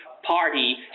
party